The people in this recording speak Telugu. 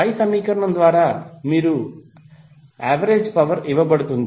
పై సమీకరణం ద్వారా యావరేజ్ పవర్ ఇవ్వబడుతుంది